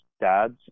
dads